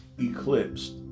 eclipsed